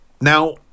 Now